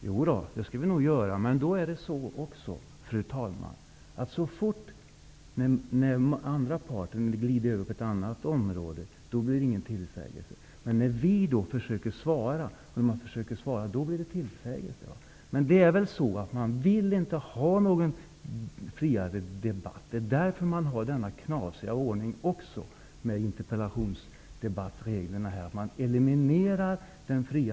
Fru talman! Ja, det skall jag nog göra. Men, fru talman, så fort den andra parten glider över på ett annat område, blir det inte någon tillsägelse. Men när vi försöker svara, blir det en tillsägelse. Men det är väl så att man inte vill ha någon friare debatt. Det är därför denna knasiga ordning med dessa regler för interpellationsdebatter finns. Man eliminerar den fria...